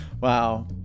Wow